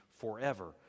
forever